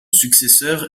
successeur